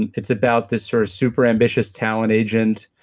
and it's about this sort of super ambitious talent agent